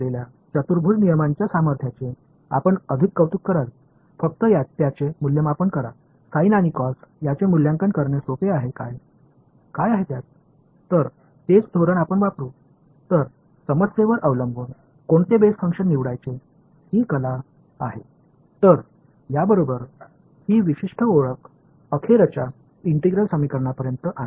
மாணவர் மாணவர்டிவைடடு by root ஆமாம் அவை டிவைடடு பை ரூட் அதாவது இப்போது உங்கள் நியூமரேட்டர் y ஒரு செயல்பாட்டைக் கொண்டிருக்கும் என்பதால் r வெளிப்பாடாக இருக்கும்